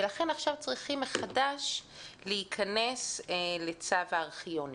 ולכן עכשיו צריכים מחדש להיכנס לצו הארכיונים.